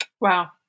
Wow